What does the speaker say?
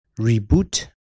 reboot